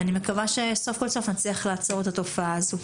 ואני מקווה שסוף כל סוף נצליח לעצור את התופעה הזו.